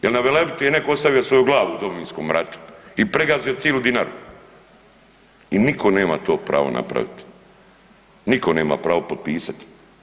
Jel na Velebitu je netko ostavio svoju glavu u Domovinskom ratu i pregazio cilu Dinaru i nitko nema pravo to napravit, nitko nema pravo potpisat.